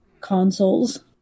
consoles